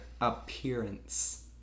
appearance